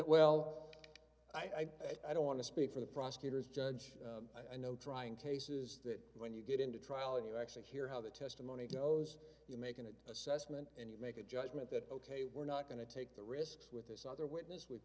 well i don't want to speak for the prosecutors judge i know trying cases that when you get into trial you actually hear how the testimony goes you make an assessment and you make a judgment that ok we're not going to take the risks with this other witness we've